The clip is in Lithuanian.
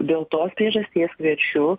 dėl tos priežasties kviečiu